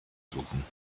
suchen